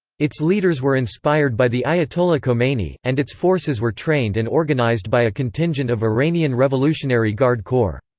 its leaders were inspired by the ayatollah khomeini, and its forces were trained and organized by a contingent of iranian revolutionary guard corps.